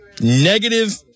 negative